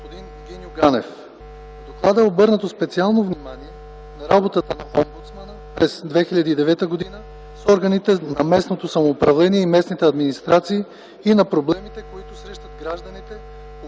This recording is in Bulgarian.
господин Гиньо Ганев. В доклада е обърнато специално внимание на работата на омбудсмана през 2009 г. с органите на местното самоуправление и местните администрации и на проблемите, които срещат гражданите,